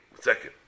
Second